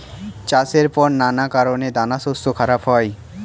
চাষের পর নানা কারণে দানাশস্য খারাপ হয়